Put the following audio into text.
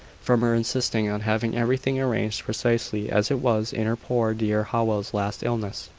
from her insisting on having everything arranged precisely as it was in her poor dear howell's last illness.